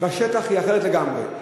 בשטח היא אחרת לגמרי.